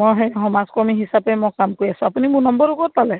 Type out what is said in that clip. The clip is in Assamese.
মই সেই সমাজকৰ্মী হিচাপে মই কাম কৰি আছো আপুনি মোৰ নম্বৰটো ক'ত পালে